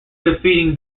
defeating